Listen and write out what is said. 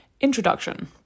Introduction